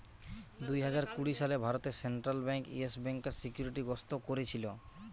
দুই হাজার কুড়ি সালে ভারতে সেন্ট্রাল বেঙ্ক ইয়েস ব্যাংকার সিকিউরিটি গ্রস্ত কোরেছিল